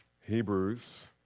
Hebrews